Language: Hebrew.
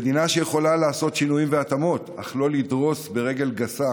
מדינה שיכולה לעשות שינויים והתאמות אך לא לדרוס ברגל גסה